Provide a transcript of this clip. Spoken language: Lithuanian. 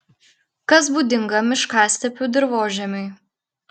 kas būdinga miškastepių dirvožemiui